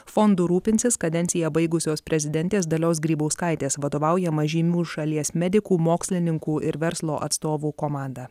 fondu rūpinsis kadenciją baigusios prezidentės dalios grybauskaitės vadovaujama žymių šalies medikų mokslininkų ir verslo atstovų komanda